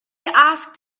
asked